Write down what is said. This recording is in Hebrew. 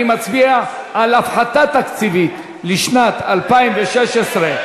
אני מצביע על הפחתה תקציבית לשנת 2016,